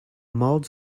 mild